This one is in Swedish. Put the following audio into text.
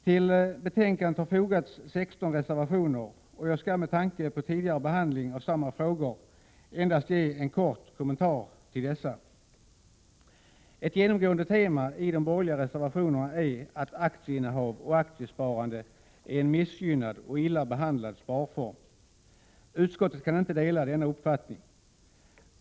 Till betänkandet har fogats 16 reservationer, och jag skall med tanke på tidigare behandling av samma frågor endast ge en kort kommentar till dessa. Ett genomgående tema i de borgerliga reservationerna är att aktieinnehav och aktiesparande är en missgynnad och illa behandlad sparform. Utskottet kan inte dela denna uppfattning.